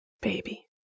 Baby